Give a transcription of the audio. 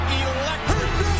electric